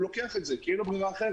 הוא לוקח את זה כי אין לו ברירה אחרת.